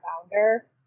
founder